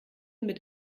mit